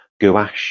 gouache